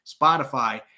Spotify